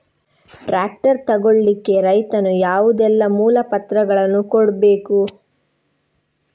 Tractor ತೆಗೊಳ್ಳಿಕೆ ರೈತನು ಯಾವುದೆಲ್ಲ ಮೂಲಪತ್ರಗಳನ್ನು ಕೊಡ್ಬೇಕು?